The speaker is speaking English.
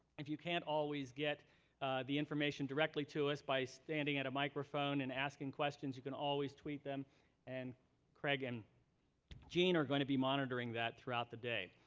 if you can't always get the information directly to us by standing at a microphone and asking questions, you can always tweet them and craig and jean are going to be monitoring that through the day.